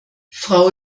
frau